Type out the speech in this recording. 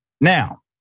Now